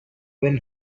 when